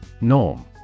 Norm